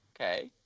okay